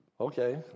Okay